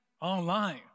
online